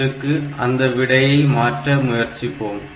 3 க்கு அந்த விடையை மாற்ற முயற்சிப்போம்